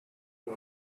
for